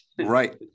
Right